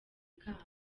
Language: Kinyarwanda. kamba